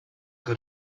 good